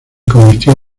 convirtió